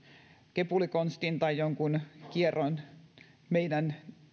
kepulikonstin tai jonkun kieron keinon meidän